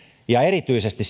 ja siinä erityisesti